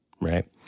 right